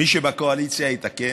מי שבקואליציה, יתקן?